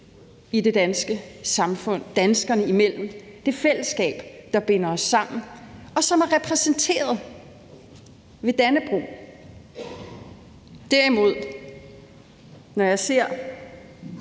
i det danske samfund danskerne imellem i det fællesskab, der binder os sammen, og som er repræsenteret ved Dannebrog. Når jeg derimod ser